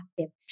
active